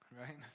right